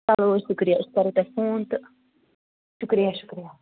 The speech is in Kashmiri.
چلو حظ شُکرِیہِ أسۍ کَرہو تۄہہِ فون تہٕ شُکریہ شُکریہ